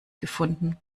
gefunden